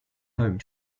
home